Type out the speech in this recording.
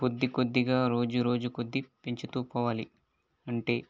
కొద్ది కొద్దిగా రోజు రోజు కొద్ది పెంచుతూ పోవాలి అంటే